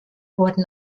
wurden